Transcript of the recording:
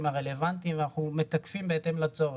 הרלוונטיים ואנחנו מתקפים בהתאם לצורך.